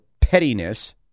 pettiness